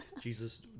Jesus